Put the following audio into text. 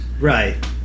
right